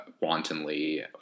wantonly